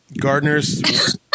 Gardeners